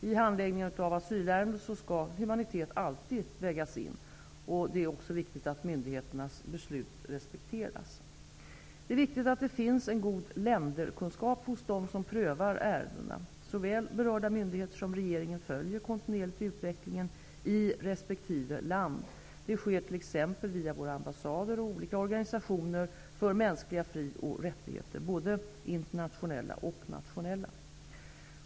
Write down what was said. I handläggningen av asylärenden skall humanitet alltid vägas in. Det är också viktigt att myndigheternas beslut respekteras. Det är viktigt att det finns en god länderkunskap hos de som prövar ärendena. Såväl berörda myndigheter som regeringen följer kontinuerligt utvecklingen i respektive land. Det sker t.ex. via våra ambassader och olika organisationer för mänskliga fri och rättigheter -- både internationella och nationella.